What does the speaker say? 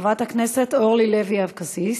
חברת הכנסת אורלי לוי אבקסיס,